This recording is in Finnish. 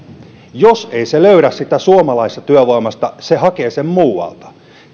jos ei se löydä sitä suomalaisesta työvoimasta se hakee sen muualta